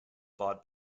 brought